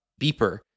Beeper